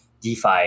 DeFi